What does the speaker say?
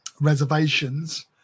reservations